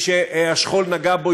מי שהשכול נגע בו,